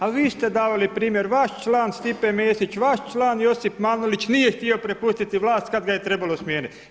A vi ste davali primjer, vaš član Stipe Mesić, vaš član Josip Manolić nije htio prepustiti vlast kad ga je trebalo smijeniti.